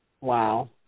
Wow